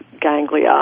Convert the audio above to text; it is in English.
ganglia